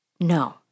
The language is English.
No